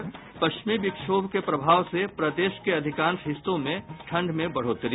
और पश्चिम विक्षोभ के प्रभाव से प्रदेश के अधिकांश हिस्सों में ठंड में बढ़ोतरी